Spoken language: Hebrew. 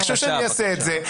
ביקשו שאעשה את זה.